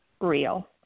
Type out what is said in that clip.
real